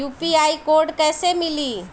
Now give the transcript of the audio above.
UPI code कैसे मिली?